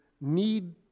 need